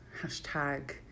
Hashtag